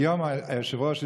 היום היושב-ראש,